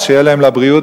אז שיהיה להם לבריאות,